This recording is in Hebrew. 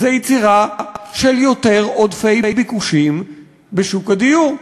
היא יצירה של יותר עודפי ביקושים בשוק הדיור.